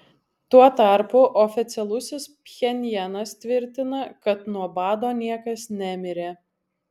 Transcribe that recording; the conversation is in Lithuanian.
tuo tarpu oficialusis pchenjanas tvirtina kad nuo bado niekas nemirė